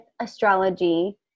astrology